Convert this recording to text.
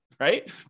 Right